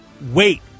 Wait